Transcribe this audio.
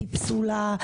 היא פסולה,